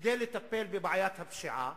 לטפל בבעיית הפשיעה